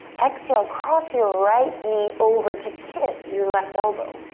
exhale, cross your right knee over to kiss your left elbow.